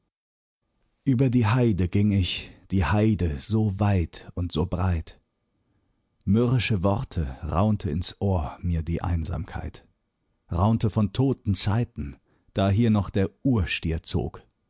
über die heide ging ich die heide so weit und so breit mürrische worte raunte ins ohr mir die einsamkeit raunte von toten zeiten da hier noch der urstier zog